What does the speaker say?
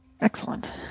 Excellent